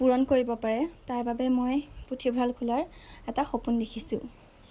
পূৰণ কৰিব পাৰে তাৰবাবে মই পুথিভঁৰাল খোলাৰ এটা সপোন দেখিছোঁ